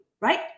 right